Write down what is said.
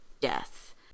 death